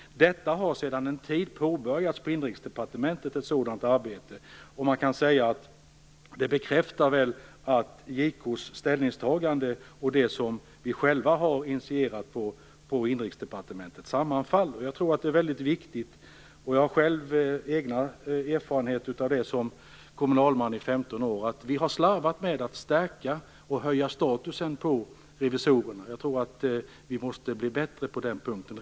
Det har sedan en tid på Inrikesdepartementet påbörjats ett sådant arbete. Man kan säga att det bekräftar att JK:s ställningstagande och det som vi själva initierat på Inrikesdepartementet sammanfaller. Jag har själv erfarenheter som kommunalman i 15 år. Vi har slarvat med att stärka och höja statusen på revisorerna. Jag tror att vi måste bli bättre på den punkten.